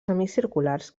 semicirculars